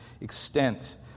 extent